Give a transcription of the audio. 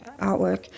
artwork